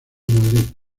madrid